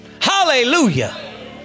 Hallelujah